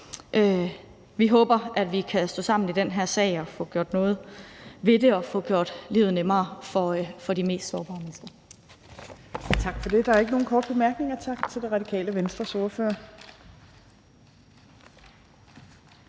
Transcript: Vi håber, at vi kan stå sammen i den her sag og få gjort noget ved det og få gjort livet nemmere for de mest sårbare mennesker.